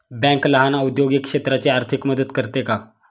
Bank लहान औद्योगिक क्षेत्राची आर्थिक मदत करते का?